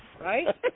right